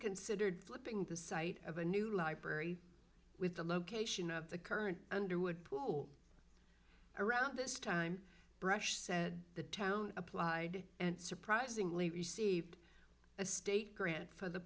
considered flipping the site of a new library with the location of the current underwood pool around this time brush said the town applied and surprisingly received a state grant for the